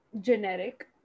generic